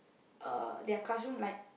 uh their classroom light